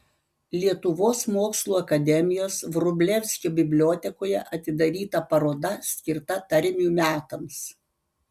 lietuvos mokslų akademijos vrublevskio bibliotekoje atidaryta paroda skirta tarmių metams